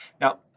Now